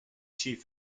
chief